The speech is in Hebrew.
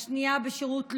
השנייה בשירות לאומי,